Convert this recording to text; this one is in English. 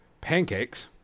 pancakes